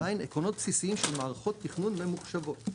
עקרונות בסיסיים של מערכות תכנון ממוחשבות,